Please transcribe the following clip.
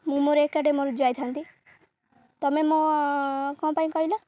ମୁଁ ମୋର ଏକାଟେ ମୋରୁ ଯାଇଥାନ୍ତି ତମେ ମୋ କ'ଣ ପାଇଁ କହିଲ